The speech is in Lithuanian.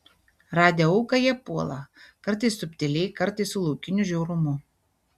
radę auką jie puola kartais subtiliai kartais su laukiniu žiaurumu